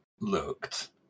looked